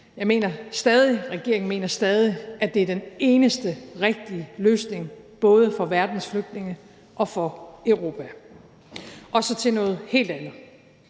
regeringen mener stadig, at det er den eneste rigtige løsning både for verdens flygtninge og for Europa. Kl. 23:25 Så til noget helt andet: